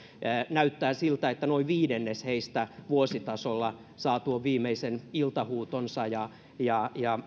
näyttää siltä että noin viidennes heistä vuositasolla saa tuon viimeisen iltahuutonsa ja ja